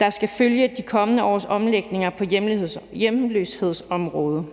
der skal følge de kommende års omlægninger på hjemløshedsområdet,